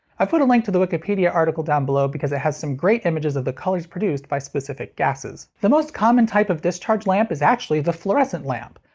i've put a link to the wikipedia article down below because it has some great images of the colors produced by specific gases. the most common type of discharge lamp is actually the fluorescent lamp.